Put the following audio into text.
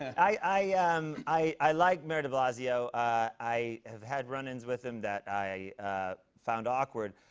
i um i like mayor de blasio. i have had run-ins with him that i found awkward.